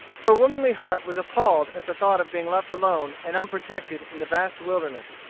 her womanly heart was appalled at the thought of being left alone and unprotected in the vast wilderness.